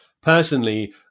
Personally